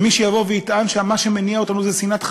ומי שיבוא ויטען שמה שמניע אותנו זה שנאת חרדים,